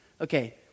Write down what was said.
Okay